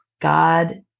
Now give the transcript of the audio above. God